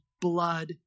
blood